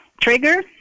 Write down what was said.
Trigger